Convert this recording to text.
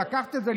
לקחת את זה,